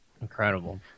incredible